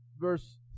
verse